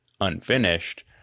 unfinished